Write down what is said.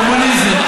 קומוניזם,